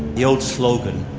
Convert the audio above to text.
the old slogan,